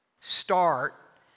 start